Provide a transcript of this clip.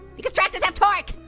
because tractors have torque!